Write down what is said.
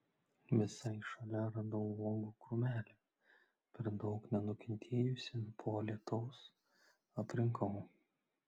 visai šalia radau uogų krūmelį per daug nenukentėjusį po lietaus aprinkau